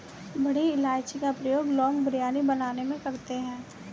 बड़ी इलायची का प्रयोग लोग बिरयानी बनाने में करते हैं